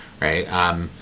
right